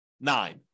nine